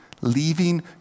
leaving